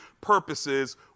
purposes